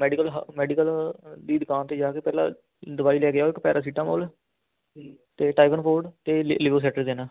medical ਹਾ medical ਦੀ ਦਕਾਨ 'ਤੇ ਜਾ ਕੇ ਪਹਿਲਾਂ ਦਵਾਈ ਲੈ ਕੇ ਆਓ ਇੱਕ ਪੈਰਾਸੀਟਾਮੋਲ ਅਤੇ ਟਾਇਗਨ ਫੋਡ ਤੇ ਲੀ ਲੀਵੋਸਿਟਰੀਜਿਨ